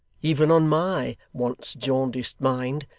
even on my once-jaundiced mind,